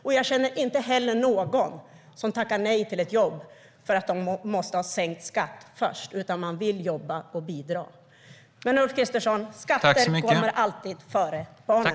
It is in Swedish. Inte heller känner jag någon som tackar nej till ett jobb för att han eller hon först måste ha sänkt skatt, utan man vill jobba och bidra. För Ulf Kristersson kommer skatterna alltid före barnen.